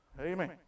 Amen